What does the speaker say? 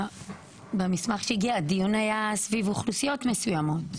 במסמך שהגיע, הדיון היה סביב אוכלוסיות מסוימות.